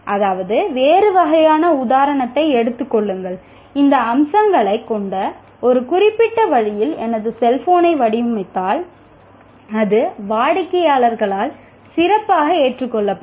அதாவது வேறு வகையான உதாரணத்தை எடுத்துக் கொள்ளுங்கள் இந்த அம்சங்களைக் கொண்ட ஒரு குறிப்பிட்ட வழியில் எனது செல்போனை வடிவமைத்தால் அது வாடிக்கையாளரால் சிறப்பாக ஏற்றுக்கொள்ளப்படும்